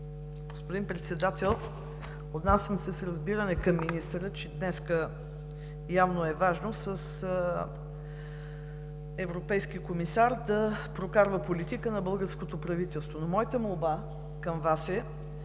Господин председател, отнасям се с разбиране към министъра, че днес явно е важно с европейски комисар да прокарва политика на българското правителство, но моята молба към Вас е